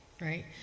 right